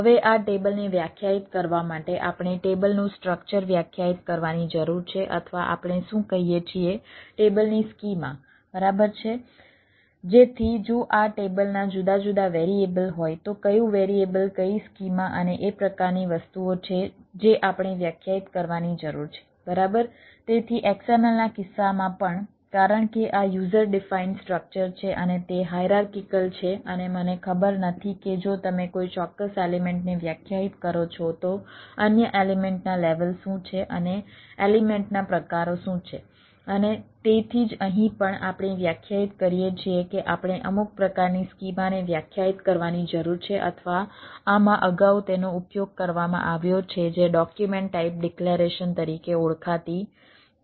હવે આ ટેબલને વ્યાખ્યાયિત કરવા માટે આપણે ટેબલનું સ્ટ્રક્ચર વ્યાખ્યાયિત કરવાની જરૂર છે અથવા આપણે શું કહીએ છીએ ટેબલની સ્કીમા શું છે અને એલિમેન્ટના પ્રકારો શું છે અને તેથી જ અહીં પણ આપણે વ્યાખ્યાયિત કરીએ છીએ કે આપણે અમુક પ્રકારની સ્કીમાને વ્યાખ્યાયિત કરવાની જરૂર છે અથવા આમાં અગાઉ તેનો ઉપયોગ કરવામાં આવ્યો છે જે ડોક્યુમેન્ટ ટાઈપ ડિક્લેરેશન તરીકે ઓળખાતી સામગ્રી છે